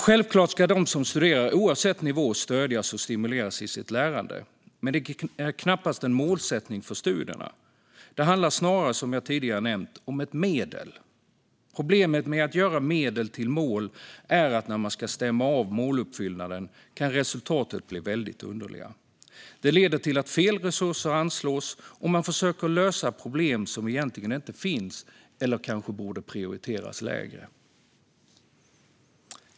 Självklart ska de som studerar, oavsett nivå, stödjas och stimuleras i sitt lärande. Men det är knappast en målsättning för studierna. Det här handlar snarare, som jag tidigare nämnt, om ett medel. Problemet med att göra medel till mål är att när man ska stämma av måluppfyllelsen kan resultaten bli väldigt underliga. Det leder till att fel resurser anslås och att man försöker lösa problem som egentligen inte finns eller kanske borde prioriteras lägre.